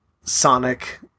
sonic